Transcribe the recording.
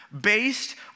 based